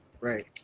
Right